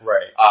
Right